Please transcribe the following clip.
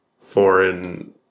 foreign